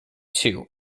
too